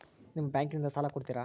ನಿಮ್ಮ ಬ್ಯಾಂಕಿನಿಂದ ಸಾಲ ಕೊಡ್ತೇರಾ?